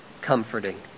comforting